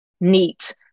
neat